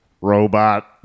robot